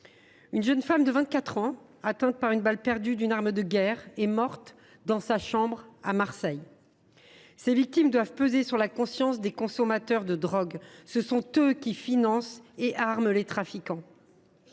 Une jeune femme de 24 ans, atteinte par une balle perdue d’une arme de guerre, est morte dans sa chambre à Marseille. Ces victimes doivent peser sur la conscience des consommateurs de drogue. Ce sont eux qui financent et arment les trafiquants.